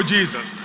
Jesus